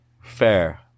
fair